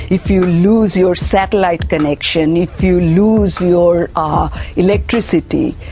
if you lose your satellite connection, if you lose your ah electricity,